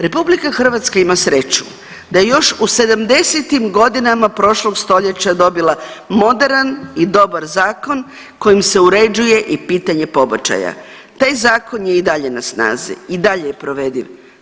RH ima sreću da još u sedamdesetim godinama prošlog stoljeća dobila moderan i dobar zakon kojim se uređuje i pitanje pobačaja, taj zakon je i dalje na snazi i dalje je provediv.